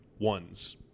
ones